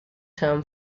term